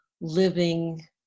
living